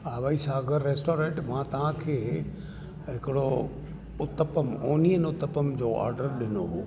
हा भई सागर रेस्टोरेंट मां तव्हांखे हिकिड़ो उत्तपम ओनियन उत्तपम जो ऑडर ॾिनो हुओ